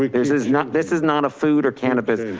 like this is not this is not a food or cannabis.